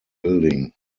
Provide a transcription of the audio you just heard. building